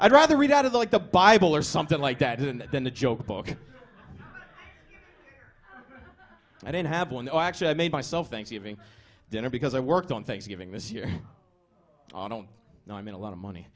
i'd rather read out of the like the bible or something like that and then the joke book i don't have one though actually i made myself thanksgiving dinner because i worked on thanksgiving this year i don't know i mean a lot of money